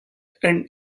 and